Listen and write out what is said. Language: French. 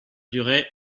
duret